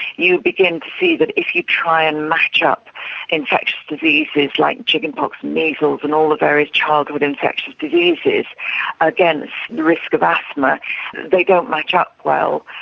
you begin to see that if you try and match up infectious diseases like chicken pox and measles and all the various childhood infectious diseases against the risk of asthma they don't match up well.